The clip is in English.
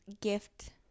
gift